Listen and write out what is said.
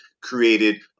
created